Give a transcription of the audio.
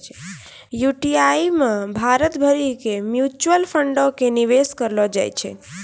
UTI मे भारत भरि के म्यूचुअल फंडो के निवेश करलो जाय छै